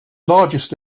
largest